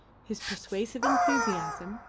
his persuasive enthusiasm,